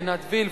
עינת וילף,